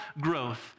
growth